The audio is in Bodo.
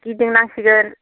गिदिंनांसिगोन